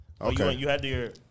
Okay